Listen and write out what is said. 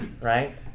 Right